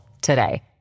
today